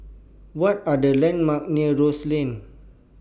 What Are The landmarks near Rose Lane